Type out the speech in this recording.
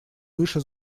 выше